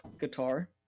guitar